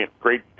great